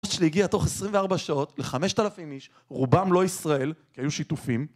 ...הגיעה תוך 24 שעות ל-5,000 איש, רובם לא ישראל, כי היו שיתופים